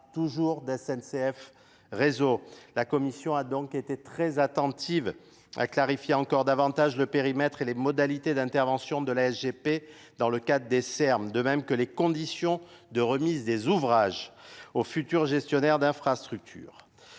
toujours de S N C F. eaux. La Commission a donc été très attentive à clarifier encore davantage le périmètre et les modalités d'intervention de la G P dans le cadre des Er Ps, de même que les conditions de remise des ouvrages aux futurs gestionnaires d'infrastructures.